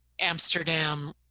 Amsterdam